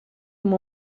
amb